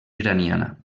iraniana